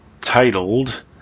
titled